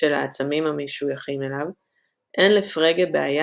של העצמים המשויכים אליו – אין לפרגה בעיה